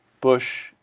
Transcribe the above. Bush